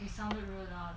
sounded rude out